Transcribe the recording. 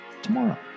tomorrow